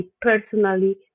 personally